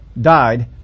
died